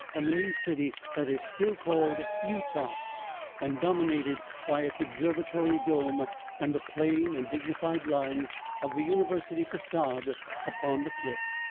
and the new city that is still called utah and dominated by its observatory dome and the plain and dignified lines of the university facade upon the cliff,